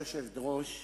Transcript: גברתי היושבת-ראש,